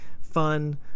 fun